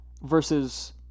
versus